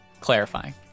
clarifying